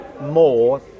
more